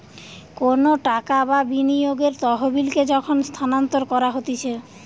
কোনো টাকা বা বিনিয়োগের তহবিলকে যখন স্থানান্তর করা হতিছে